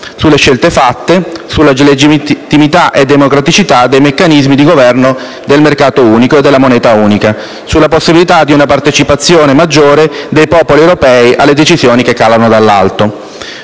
sulle scelte fatte, sulla legittimità e democraticità dei meccanismi di governo del mercato unico e della moneta unica, sulla possibilità di una partecipazione maggiore dei popoli europei alle decisioni che calano dall'alto.